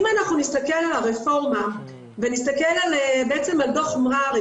אם אנחנו נסתכל על הרפורמה ונסתכל על דו"ח מררי,